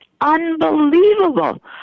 unbelievable